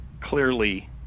clearly